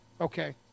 okay